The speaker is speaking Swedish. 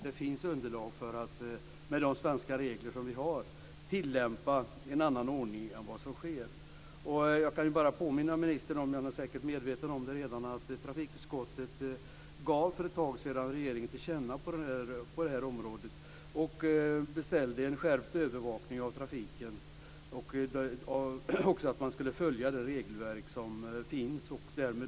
Det finns ett underlag att med gällande svenska regler tillämpa en annan ordning. Jag kan påminna ministern - han är säkert redan medveten om det - att trafikutskottet för en tid sedan gav regeringen till känna på området och beställde en skärpt övervakning av trafiken och att de regelverk som finns ska följas.